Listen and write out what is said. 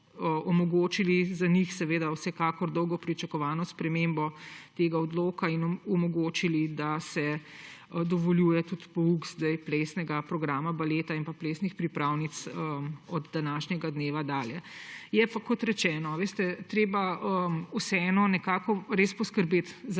za njih vsekakor dolgo pričakovano spremembo tega odloka in omogočili, da se dovoljuje tudi pouk plesnega programa baleta in plesnih pripravnic od današnjega dneva dalje. Je pa, kot rečeno, treba vseeno nekako res poskrbeti za